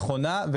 נכונה,